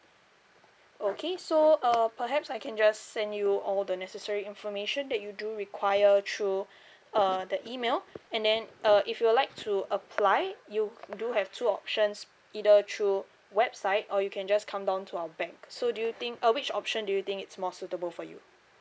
okay so uh perhaps I can just send you all the necessary information that you do require through uh the email and then uh if you'll like to apply you do have two options either through website or you can just come down to our bank so do you think uh which option do you think it's more suitable for you